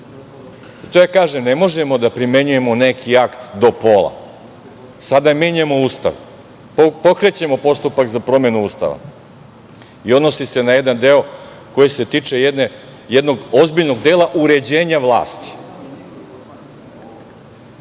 kažem ne možemo da primenjujemo neki akt do pola. Sada pokrećemo postupak za promenu Ustava i odnosi se na jedan deo koji se tiče jednog ozbiljnog dela uređenja vlasti. Da